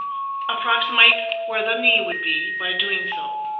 approximate where the knee would be by doing so.